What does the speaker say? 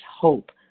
hope